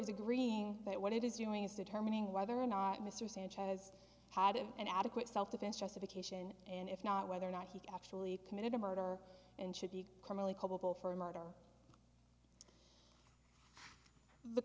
is agreeing that what it is doing is determining whether or not mr sanchez had an adequate self defense justification and if not whether or not he actually committed a murder and should be criminally culpable for a murder the